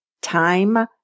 Time